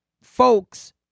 folks